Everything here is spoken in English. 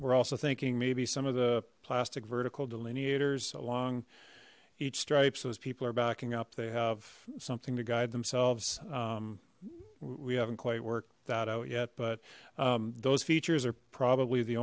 we're also thinking maybe some of the plastic vertical delineators along each stripe so as people are backing up they have something to guide themselves we haven't quite worked that out yet but those features are probably the